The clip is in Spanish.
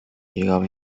llegaba